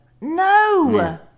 No